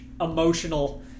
emotional